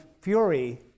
Fury